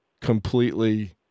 completely